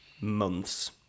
months